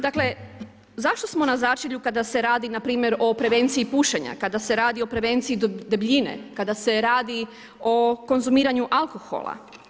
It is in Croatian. Dakle zašto smo na začelju kada se radi npr. o prevenciji pušenja, kada se radi o prevenciji debljine, kada se radi o konzumiranju alkohola?